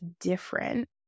different